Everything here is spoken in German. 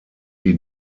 sie